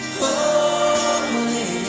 holy